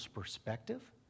perspective